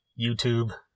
YouTube